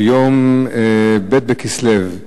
ביום ב' בכסלו,